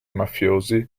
mafiosi